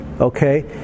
okay